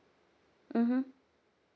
mmhmm